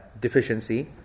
deficiency